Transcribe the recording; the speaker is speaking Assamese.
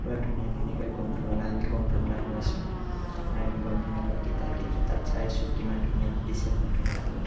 পূৰা ধুনীয়া ধুনীয়াকৈ গ্ৰন্থমেলা আমি গ্ৰন্থমেলাত সোমাইছোঁ আৰু আমি গ্ৰন্থমেলা পৰা কিতাপ কিনিছোঁ তাত চাইছোঁ কিমান ধুনীয়া পাতিছে গ্ৰন্থমেলাখন